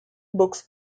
books